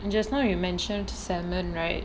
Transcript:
just now you mentioned to salmon right